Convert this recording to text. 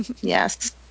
Yes